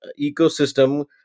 ecosystem